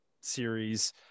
series